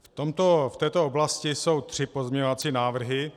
V této oblasti jsou tři pozměňovací návrhy.